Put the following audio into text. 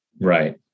Right